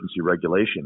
regulation